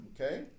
Okay